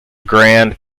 grand